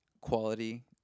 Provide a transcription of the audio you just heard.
quality